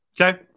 okay